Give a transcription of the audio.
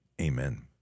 Amen